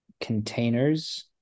containers